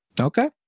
Okay